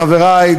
חברי,